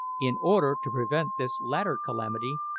in order to prevent this latter calamity,